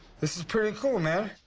this is pretty cool, man.